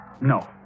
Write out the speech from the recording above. No